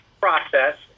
process